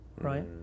right